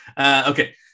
Okay